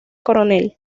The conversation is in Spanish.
coronel